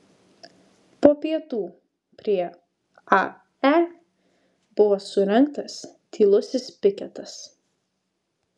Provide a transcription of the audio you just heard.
po pietų prie ae buvo surengtas tylusis piketas